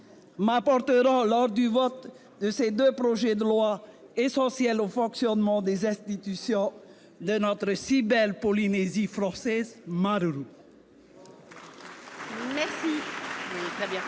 m'apporteront lors du vote de ces deux projets de loi essentiels au fonctionnement des institutions de notre si belle Polynésie française. ! La parole